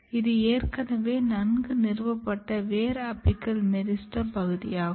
இது ஏற்கனவே நன்கு நிறுவப்பட்ட வேர் அபிக்கல் மெரிஸ்டெமின் பகுதியாகும்